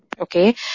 Okay